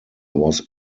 was